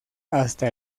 hasta